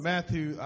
Matthew